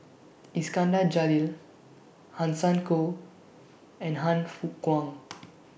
Iskandar Jalil Hanson Ho and Han Fook Kwang